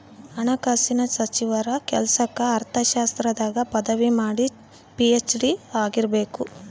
ಹಣಕಾಸಿನ ಸಚಿವರ ಕೆಲ್ಸಕ್ಕ ಅರ್ಥಶಾಸ್ತ್ರದಾಗ ಪದವಿ ಮಾಡಿ ಪಿ.ಹೆಚ್.ಡಿ ಆಗಿರಬೇಕು